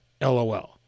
LOL